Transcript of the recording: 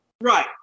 Right